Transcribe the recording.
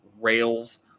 rails